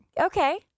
Okay